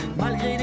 Malgré